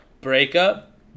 breakup